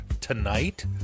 tonight